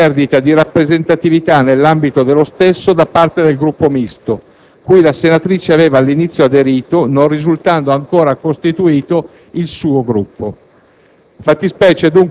con conseguente perdita di rappresentatività nell'ambito dello stesso da parte del Gruppo Misto, cui la senatrice aveva all'inizio aderito, non risultando ancora costituito il suo Gruppo.